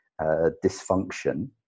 dysfunction